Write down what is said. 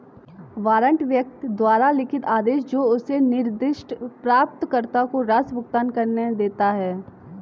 warrant व्यक्ति द्वारा लिखित आदेश है जो उसे निर्दिष्ट प्राप्तकर्ता को राशि भुगतान करने देता है